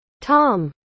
tom